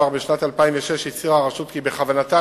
כבר בשנת 2006 הצהירה הרשות כי בכוונתה